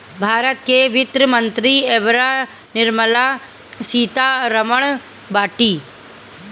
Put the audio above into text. भारत के वित्त मंत्री एबेरा निर्मला सीता रमण बाटी